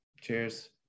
Cheers